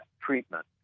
treatment